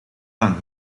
lang